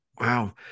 Wow